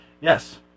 Yes